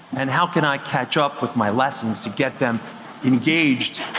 and how can i catch up with my lessons to get them engaged